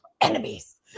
Enemies